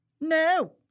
No